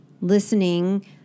listening